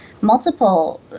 multiple